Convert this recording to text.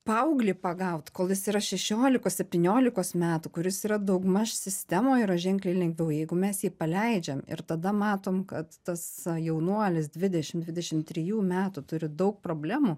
paauglį pagaut kol jis yra šešiolikos septyniolikos metų kuris yra daugmaž sistemoj yra ženkliai lengviau jeigu mes jį paleidžiam ir tada matom kad tas jaunuolis dvidešim dvidešim trijų metų turi daug problemų